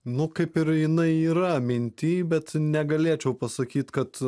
nu kaip ir jinai yra minty bet negalėčiau pasakyt kad